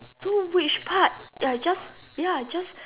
to which part ya just ya just